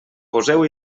poseu